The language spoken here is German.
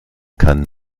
kann